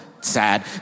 Sad